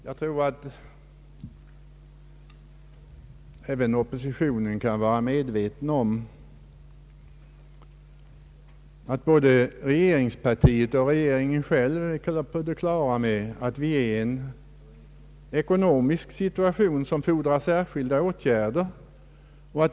Jag tror att även oppositionen är medveten om att både regeringspartiet och regeringen själv är på det klara med att vi befinner oss i en ekonomisk situation som fordrar särskilda åtgärder.